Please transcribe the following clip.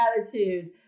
attitude